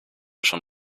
schon